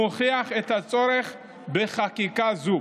מוכיח את הצורך בחקיקה זו.